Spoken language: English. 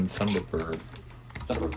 Thunderbird